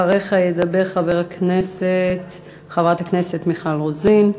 אחריך תדבר חברת הכנסת מיכל רוזין,